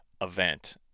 event